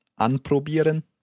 anprobieren